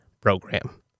program